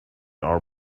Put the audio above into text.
are